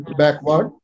backward